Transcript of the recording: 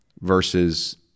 Versus